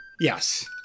Yes